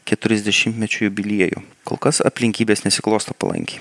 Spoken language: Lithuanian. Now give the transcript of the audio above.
keturiasdešimtmečio jubiliejų kol kas aplinkybės nesiklosto palankiai